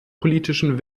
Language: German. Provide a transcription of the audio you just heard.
politischen